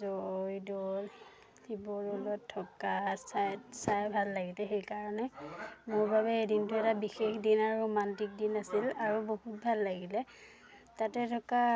জয়দৌল শিৱদৌলত থকা চাই চাই ভাল লাগিলে সেইকাৰণে মোৰ বাবে এই দিনটো এটা বিশেষ দিন আৰু ৰোমান্তিক দিন আছিল আৰু বহুত ভাল লাগিলে তাতে থকা